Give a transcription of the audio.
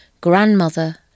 grandmother